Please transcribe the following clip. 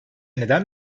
neden